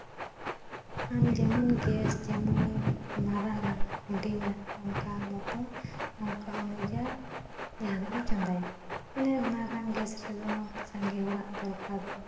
ᱟᱢ ᱡᱮᱢᱚᱱ ᱜᱮᱥ ᱡᱮᱢᱚᱱ ᱢᱟᱨᱟᱝ ᱦᱩᱰᱤᱧᱟ ᱚᱝᱟᱠ ᱢᱚᱛᱚ ᱚᱝᱟᱠ ᱚᱱᱩᱡᱟ ᱡᱟᱦᱟᱱᱟᱜ ᱮᱢ ᱪᱚᱸᱫᱟᱭᱟ ᱢᱟᱱᱮ ᱢᱟᱨᱟᱝ ᱜᱮᱥ ᱨᱮᱫᱚ ᱥᱟᱸᱜᱮ ᱦᱚᱲᱟᱜ ᱫᱚᱨᱠᱟᱨᱚᱜᱼᱟ